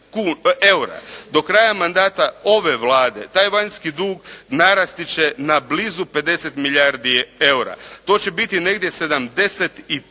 Do kraja mandata ove Vlade taj vanjski dug narasti će na blizu 50 milijardi eura. To će biti negdje 75